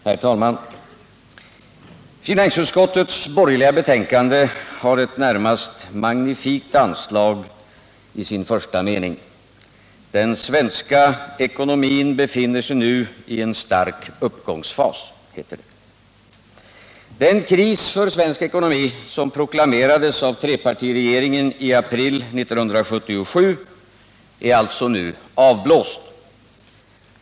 Herr talman! Finansutskottets borgerliga betänkande har ett närmast magnifikt anslag i sin första mening: ”Den svenska ekonomin befinner sig nu ien stark uppgångsfas.” Den kris för svensk ekonomi, som proklamerades av trepartiregeringen i april 1977, är alltså nu avblåst.